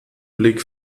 blick